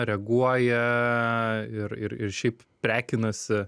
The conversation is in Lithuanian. reaguoja ir ir ir šiaip prekinasi